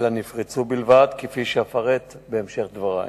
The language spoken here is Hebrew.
אלא נפרצו בלבד, כפי שאפרט בהמשך דברי.